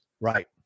Right